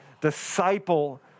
disciple